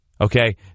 Okay